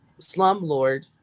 slumlord